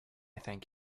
thank